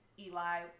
Eli